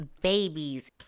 babies